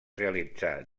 realitzar